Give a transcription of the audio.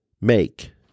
make